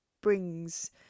brings